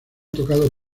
tocado